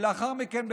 ולאחר מכן,